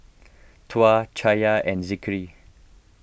Tuah Cahaya and Zikri